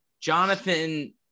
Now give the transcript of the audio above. Jonathan